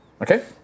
Okay